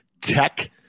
tech